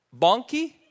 bonky